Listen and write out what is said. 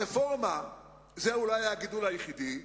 הרפורמה זה אולי הגידול היחידי,